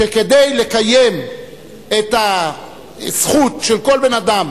שלקיים את הזכות של כל בן-אדם